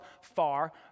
far